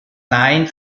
nein